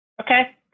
okay